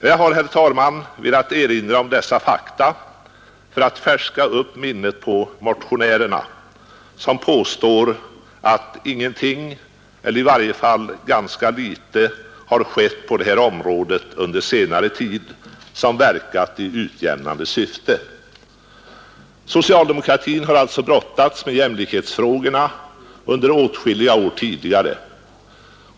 Jag har, herr talman, velat erinra om dessa fakta för att färska upp minnet på motionärerna, som påstår att ingenting, eller i varje fall ganska litet, som verkat i utjämnande syfte har skett på det här området under senare tid. Socialdemokratin har alltså brottats med jämlikhetsfrågorna under åtskilliga år tidigare.